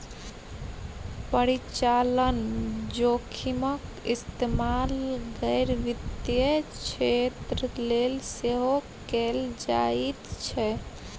परिचालन जोखिमक इस्तेमाल गैर वित्तीय क्षेत्र लेल सेहो कैल जाइत छै